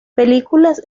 películas